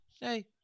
hey